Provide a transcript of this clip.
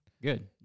Good